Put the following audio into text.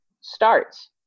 starts